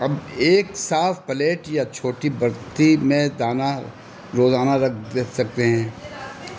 آپ ایک صاف پلیٹ یا چھوٹی بڑتی میں دانہ روزانہ رکھ سکتے ہیں